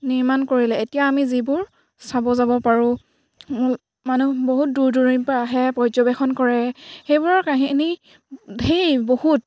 নিৰ্মাণ কৰিলে এতিয়া আমি যিবোৰ চাব যাব পাৰোঁ মানুহ বহুত দূৰ দূৰণিৰ পাৰা আহে পৰ্যবেক্ষণ কৰে সেইবোৰৰ কাহিনী ধেৰ বহুত